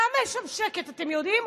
למה יש שם שקט, אתם יודעים?